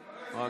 שנייה.